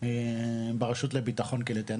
ברשות לביטחון קהילתי.